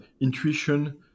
intuition